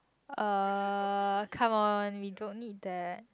uh come on we don't need that